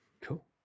cool